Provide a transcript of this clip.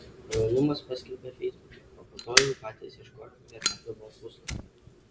anonimas paskelbė feisbuke o po to jau patys ieškojome ir radome puslapyje